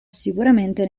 sicuramente